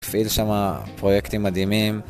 הפעיל שמה פרויקטים מדהימים.